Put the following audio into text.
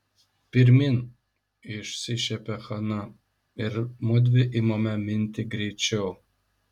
pirmyn išsišiepia hana ir mudvi imame minti greičiau